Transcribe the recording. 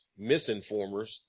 misinformers